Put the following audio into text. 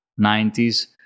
90s